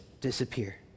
disappear